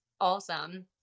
awesome